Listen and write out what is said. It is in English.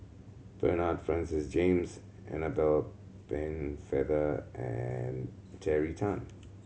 Bernard Francis James Annabel Pennefather and Terry Tan